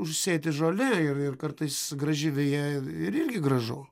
užsėti žole ir ir kartais graži veja ir irgi gražu